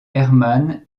hermann